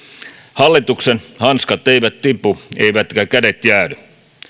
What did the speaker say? hallituksen hanskat eivät tipu eivätkä kädet jäädy